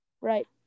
right